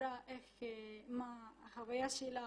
סיפרה מה החוויה שלה